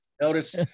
Notice